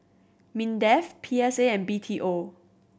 MINDEF P S A and B T O